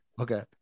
Okay